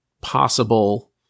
possible